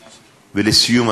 ולסיום,